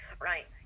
Right